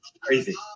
Crazy